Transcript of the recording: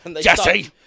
Jesse